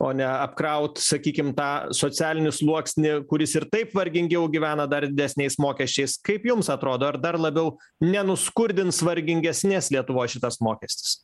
o neapkraut sakykim tą socialinį sluoksnį kuris ir taip vargingiau gyvena dar didesniais mokesčiais kaip jums atrodo ar dar labiau nenuskurdins vargingesnės lietuvos šitas mokestis